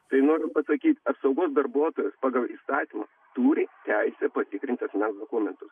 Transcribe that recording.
tai noriu pasakyt apsaugos darbuotojas pagal įstatymą turi teisę patikrint asmens dokumentus